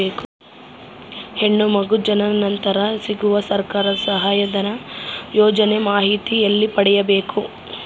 ಹೆಣ್ಣು ಮಗು ಜನನ ನಂತರ ಸಿಗುವ ಸರ್ಕಾರದ ಸಹಾಯಧನ ಯೋಜನೆ ಮಾಹಿತಿ ಎಲ್ಲಿ ಪಡೆಯಬೇಕು?